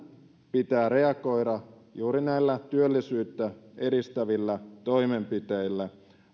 pitää reagoida juuri näillä työllisyyttä edistävillä toimenpiteillä